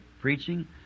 preaching